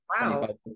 Wow